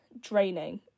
draining